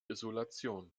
isolation